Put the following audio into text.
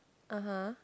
(uh huh)